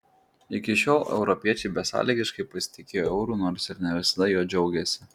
iki šiol europiečiai besąlygiškai pasitikėjo euru nors ir ne visada juo džiaugėsi